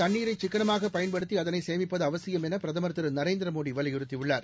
தண்ணீரைசிக்கனமாகப் பயன்படுத்திஅதனைசேமிப்பதுஅவசியம் என்பிரதமர் நாட்டில் திருநரேந்திரமோடிவலியுறுத்தியுள்ளார்